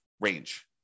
range